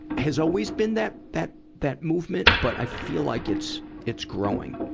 has always been that, that, that movement, but i feel like it's, it's growing.